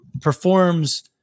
performs